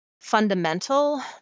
fundamental